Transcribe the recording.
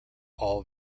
all